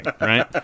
right